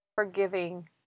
forgiving